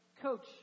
Coach